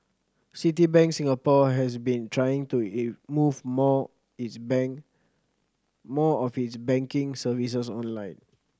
Citibank Singapore has been trying to move more its more of its banking services online